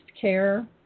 care